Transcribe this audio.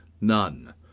None